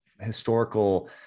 historical